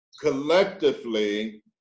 collectively